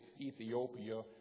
Ethiopia